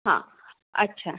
हां अच्छा